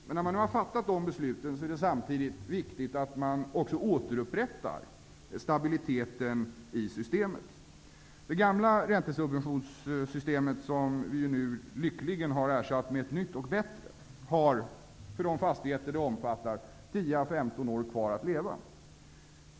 Men när man har fattat de besluten är det viktigt att man återupprättar stabiliteten i systemet. Det gamla räntesubventionssystemet, som vi nu lyckligen har ersatt med ett nytt och bättre, har för de fastigheter det omfattar 10--15 år kvar att leva.